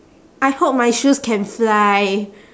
I hope my shoes can fly